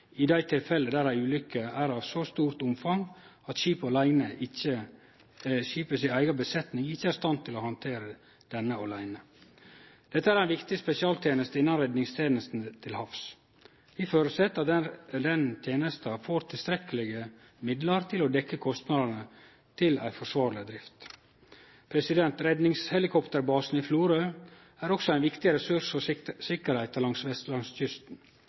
i dei tilfella der ei ulykke er av så stort omfang at skipet si eiga besetning ikkje er i stand til å handtere denne åleine. Dette er ei viktig spesialteneste innan redningstenestene til havs. Vi føreset at denne tenesta får tilstrekkelege midlar til å dekkje kostnadene til ei forsvarleg drift. Redningshelikopterbasen i Florø er også ein viktig ressurs for sikkerheita langs